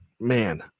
man